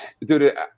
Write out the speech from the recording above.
dude